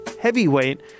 heavyweight